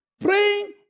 Praying